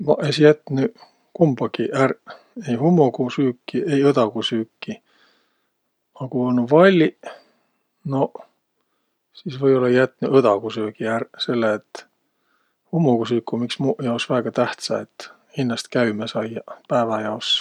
Maq es jätnüq kumbagi ärq, ei hummogusüüki, ei õdagusüüki. A ku olnuq valliq, noq, sis või-ollaq jätnüq õdagusöögi ärq, selle et hummogusüük um iks muq jaos väega tähtsä, et hinnäst käümä saiaq päävä jaos.